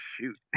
shoot